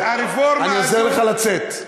אני עוזר לך לצאת.